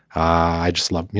i just love, you